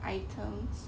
items